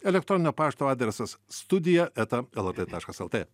elektroninio pašto adresas studija eta lrt taškas lt